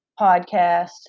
podcast